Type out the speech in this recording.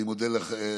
אני מודה לכם.